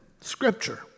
scripture